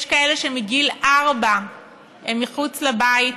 יש כאלה שמגיל ארבע הם מחוץ לבית